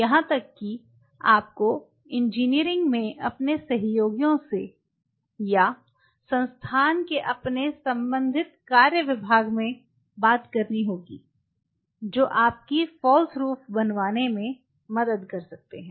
यहां तक कि आपको इंजीनियरिंग में अपने सहयोगियों से या संस्थान के अपने संबंधित कार्य विभाग में बात करनी होगी जो आपकी फाल्स रूफ बनवाने में मदद कर सकते हैं